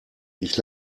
ich